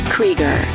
Krieger